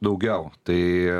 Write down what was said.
daugiau tai